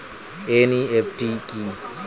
NEFT কি?